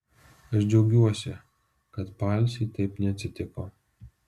aš džiaugiuosi kad paalsy taip neatsitiko